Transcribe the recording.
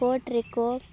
court ᱨᱮᱠᱚ